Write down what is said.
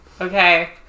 Okay